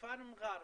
בכפר מראר,